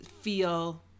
feel